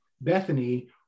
Bethany